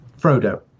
Frodo